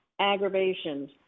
aggravations